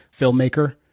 filmmaker